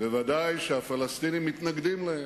ובוודאי שהפלסטינים מתנגדים להם.